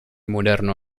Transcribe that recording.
moderno